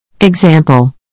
Example